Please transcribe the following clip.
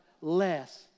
less